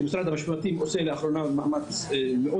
משרד המשפטים עושה לאחרונה מאמץ מאוד